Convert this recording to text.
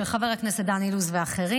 של חבר הכנסת דן אילוז ואחרים,